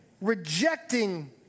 rejecting